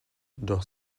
doch